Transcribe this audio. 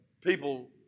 people